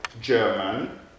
German